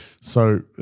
so-